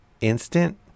instant